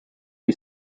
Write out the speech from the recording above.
you